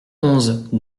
onze